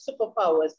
superpowers